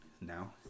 now